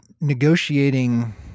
negotiating